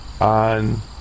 on